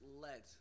led